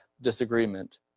disagreement